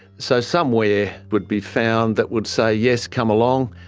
so somewhere would be found that would say yes, come along,